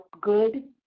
good